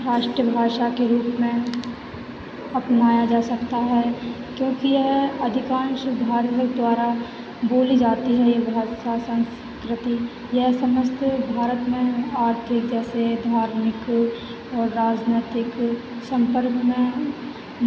राष्ट्रभाषा के रूप में अपनाया जा सकता है क्योंकि यह अधिकांश धार्मिक द्वारा बोली जाती है यह भा शासन प्रति यह समस्त भारत में आर्थिक जैसे धार्मिक और राजनैतिक संपर्क में